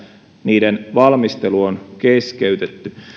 niiden valmistelu on keskeytetty